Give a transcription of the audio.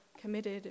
committed